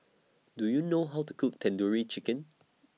Do YOU know How to Cook Tandoori Chicken